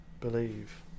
believe